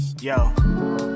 Yo